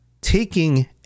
taking